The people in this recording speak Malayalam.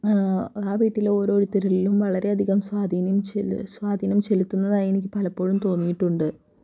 ആ വീട്ടിൽ ഓരോരുത്തരിലും വളരെയധികം സ്വാധീനം സ്വാധീനം ചെലുത്തുന്നതായി എനിക്ക് പലപ്പോഴും തോന്നിയിട്ടുണ്ട്